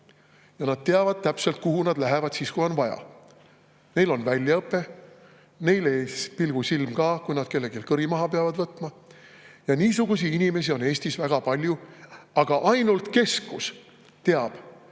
ja nad teavad täpselt, kuhu nad lähevad siis, kui on vaja. Neil on väljaõpe, neil ei pilgu silm ka, kui nad kellelgi kõri maha peavad võtma. Niisuguseid inimesi on Eestis väga palju, aga ainult keskus teab,